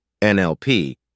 NLP